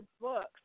books